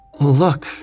Look